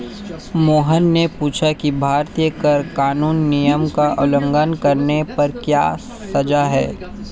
मोहन ने पूछा कि भारतीय कर कानून नियम का उल्लंघन करने पर क्या सजा है?